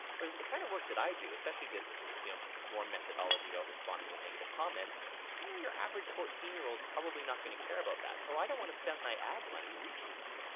where is in the kind of work that i do, especially this you know swarm methodology about responding to negative comments. you know your average fourteen year old is probably not gonna care about that, so i don't want to spend my ad money reaching them.